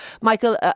Michael